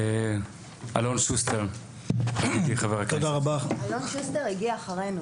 אלון שוסטר הגיע אחרינו